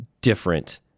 different